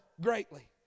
greatly